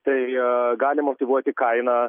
tai gali motyvuoti kaina